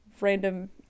random